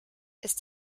ist